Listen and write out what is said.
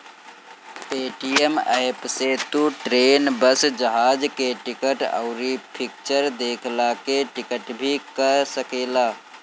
Paytm app से तू train, bus, जहाज के टिकट, अउरी फिक्चर देखला के टिकट भी कअ सकेला